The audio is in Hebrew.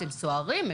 סוהרים,